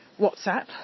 WhatsApp